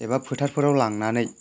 एबा फोथारफोराव लांनानै